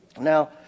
Now